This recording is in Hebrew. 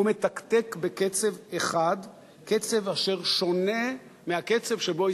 והוא מתקתק בקצב אחד; קצב אשר שונה מהקצב שבו